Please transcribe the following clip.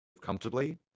comfortably